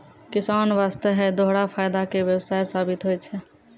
किसान वास्तॅ है दोहरा फायदा के व्यवसाय साबित होय छै